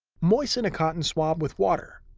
moisten a cotton swab with water.